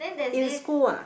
in school ah